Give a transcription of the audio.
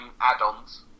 add-ons